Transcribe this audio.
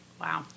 Wow